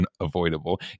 unavoidable